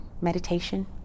meditation